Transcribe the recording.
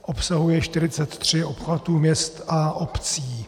Obsahuje 43 obchvatů měst a obcí.